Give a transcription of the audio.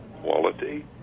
quality